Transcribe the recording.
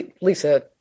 Lisa